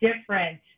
different